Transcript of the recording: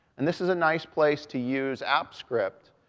and this is a nice place to use app script.